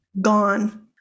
gone